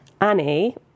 Annie